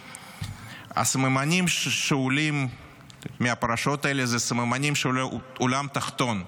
הסממנים של הפרשות האלה שאולים מהעולם התחתון.